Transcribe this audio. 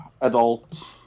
adult